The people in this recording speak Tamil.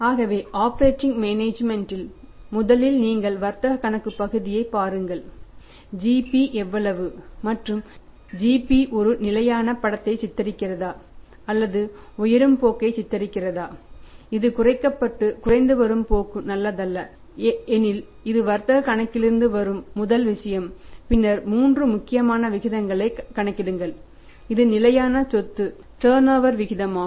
ஆகவே ஆபரேட்டிவ் மேனேஜ்மென்ட் விகிதமாகும்